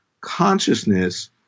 consciousness